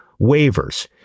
waivers